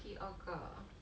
第二个